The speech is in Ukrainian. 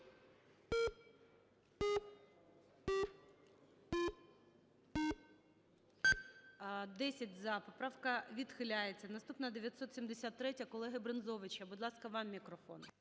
За-10 Поправка відхиляється. Наступна - 973-я, колеги Брензовича. Будь ласка, вам мікрофон.